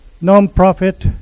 non-profit